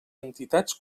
entitats